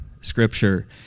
scripture